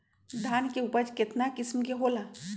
धान के उपज केतना किस्म के होला?